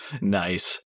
Nice